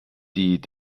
die